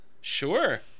Sure